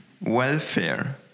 welfare